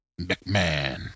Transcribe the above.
mcmahon